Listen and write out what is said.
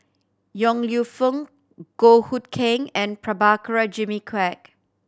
Yong Lew Foong Goh Hood Keng and Prabhakara Jimmy Quek